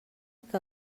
que